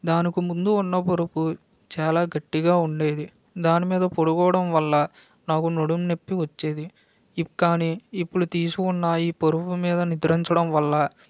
దానికి ముందు ఉన్న పురుపు చాలా గట్టిగా ఉండేది దాని మీద పడుకోవడం వల్ల నాకు నడుం నొప్పి వచ్చేది కానీ ఇప్పుడు తీసుకున్న ఈ పరుపు మీద నిద్రించడం వల్ల